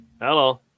Hello